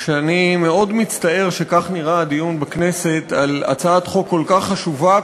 שאני מאוד מצטער שכך נראה הדיון בכנסת על הצעת חוק כל כך חשובה,